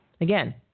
Again